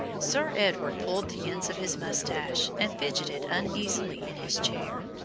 sir edward pulled the ends of his moustache and fidgeted uneasily in his chair.